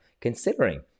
considering